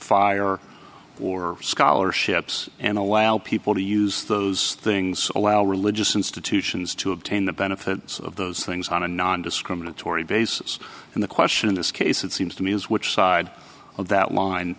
fire or scholarships and allow people to use those things allow religious institutions to obtain the benefits of those things on a nondiscriminatory basis and the question in this case it seems to me is which side of that line